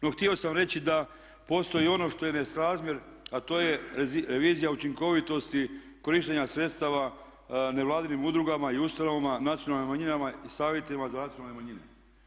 No htio sam reći da postoji i ono što je nesrazmjer a to je revizija učinkovitosti korištenja sredstava nevladinim udrugama i ustanovama, nacionalnim manjinama i savjetima za nacionalne manjine.